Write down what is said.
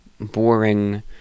boring